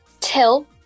Till